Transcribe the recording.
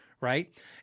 right